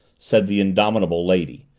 said the indomitable lady,